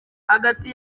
hagati